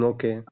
Okay